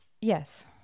yes